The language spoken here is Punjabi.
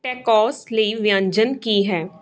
ਟੈਕੋਸ ਲਈ ਵਿਅੰਜਨ ਕੀ ਹੈ